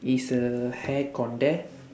is her hair contact